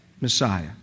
Messiah